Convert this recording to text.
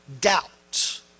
doubt